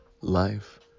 life